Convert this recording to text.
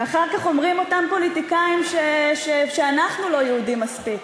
ואחר כך אומרים אותם פוליטיקאים שאנחנו לא יהודים מספיק.